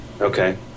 okay